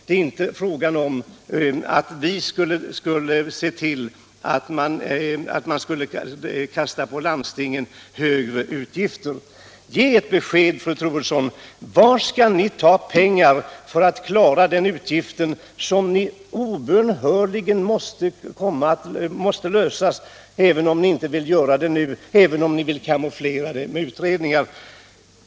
Det är inte fråga om att belasta landstingen med högre utgifter. Ge ett besked, fru Troedsson: Var skall ni ta pengar för att klara den utgift som ni obönhörligen måste bestrida, även om ni inte vill göra det nu Allmänpolitisk debatt Allmänpolitisk debatt — något som ni försöker kamouflera med tal om utredningar?